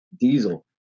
Diesel